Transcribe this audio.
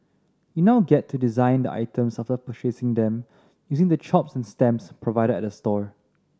you now get to design the items after purchasing them using the chops and stamps provided at the store